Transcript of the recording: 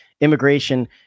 immigration